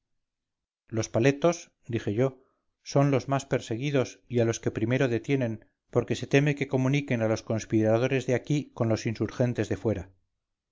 los paletos dije yo son los más perseguidos y a los que primero detienen porque se teme que comuniquen a los conspiradores de aquí con los insurgentes de fuera